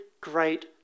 great